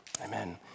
Amen